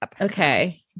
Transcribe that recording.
Okay